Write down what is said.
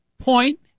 point